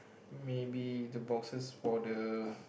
maybe the boxes for the